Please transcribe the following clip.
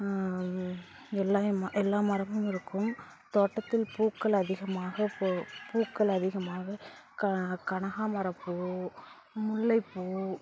எல்லா யம்மா எல்லா மரமும் இருக்கும் தோட்டத்தில் பூக்கள் அதிகமாக பூ பூக்கள் அதிகமாக க கனகாபர பூ முல்லைப் பூ